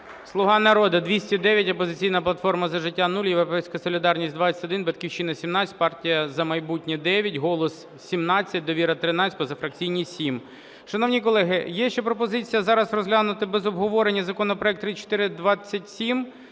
"Слуга народу" – 209, "Опозиційна платформа – За життя" – 0, "Європейська солідарність" – 21, "Батьківщина" – 17, "Партія "За майбутнє" – 9, "Голос" – 17, "Довіра" – 13, позафракційні – 7. Шановні колеги, є ще пропозиція зараз розглянути без обговорення законопроект 3427.